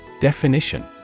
Definition